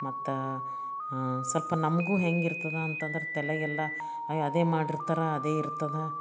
ಮತ್ತು ಸ್ವಲ್ಪ ನಮಗೂ ಹೇಗಿರ್ತದೆ ಅಂತಂದ್ರೆ ತಲೆಗೆಲ್ಲ ಅದೇ ಮಾಡಿರ್ತಾರೆ ಅದೇ ಇರ್ತದೆ